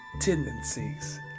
Tendencies